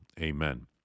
Amen